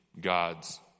gods